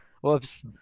Whoops